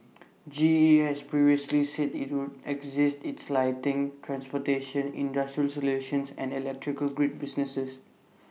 G E has previously said IT would exit its lighting transportation industrial solutions and electrical grid businesses